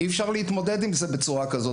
אי אפשר להתמודד עם זה בצורה כזאת.